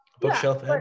bookshelf